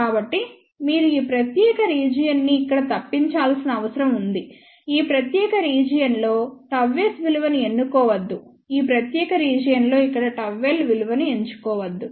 కాబట్టి మీరు ఈ ప్రత్యేక రీజియన్ ని ఇక్కడ తప్పించాల్సిన అవసరం ఉంది ఈ ప్రత్యేక రీజియన్ లో Γs విలువను ఎన్నుకోవద్దుఈ ప్రత్యేక రీజియన్ లో ఇక్కడ ΓL విలువను ఎంచుకోవద్దు